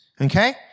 okay